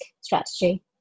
strategy